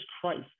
Christ